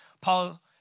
Paul